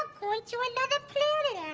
going to another planet, and